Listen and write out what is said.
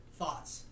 thoughts